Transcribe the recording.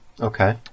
Okay